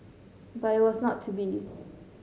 but it was not to be